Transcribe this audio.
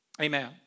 Amen